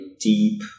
deep